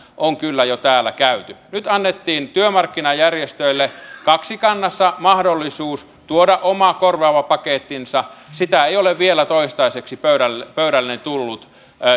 on kyllä jo täällä käyty nyt annettiin työmarkkinajärjestöille kaksikannassa mahdollisuus tuoda oma korvaava pakettinsa sitä ei ole vielä toistaiseksi pöydälleni pöydälleni tullut